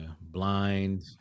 blind